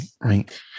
Right